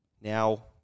Now